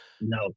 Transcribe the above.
no